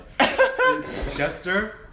Chester